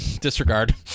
disregard